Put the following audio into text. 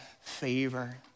favor